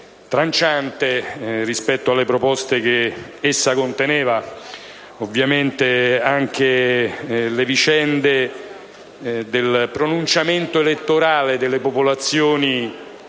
tranciante rispetto alle proposte che essa conteneva. Ovviamente anche il pronunciamento elettorale delle popolazioni